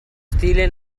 stile